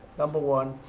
number one.